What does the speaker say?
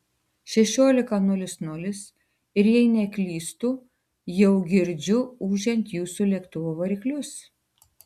šešiolika nulis nulis ir jei neklystu jau girdžiu ūžiant jūsų lėktuvo variklius